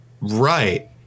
right